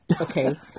okay